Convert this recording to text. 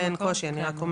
קושי.